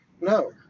No